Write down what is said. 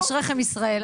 אשריכם ישראל,